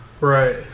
Right